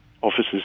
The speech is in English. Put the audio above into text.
offices